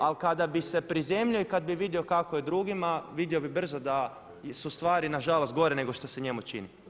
Ali kada bi se prizemljio i kad bi vidio kako je drugima vidio bi brzo da su stvari nažalost gore nego što se njemu čini.